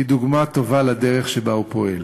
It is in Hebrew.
היא דוגמה טובה לדרך שבה הוא פועל.